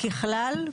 ככלל,